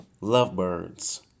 Lovebirds